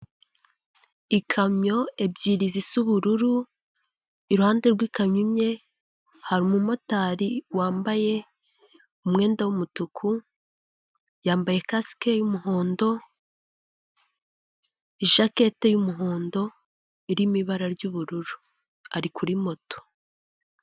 Ikamyo ebyiri zisa ubururu. Iruhande rw'ikamyo hari umumotari wambaye umwenda w'umutuku, yambaye kasike y'umuhondo, ijakete y'umuhondo irimo ibara ry'ubururu, ari kuri moto.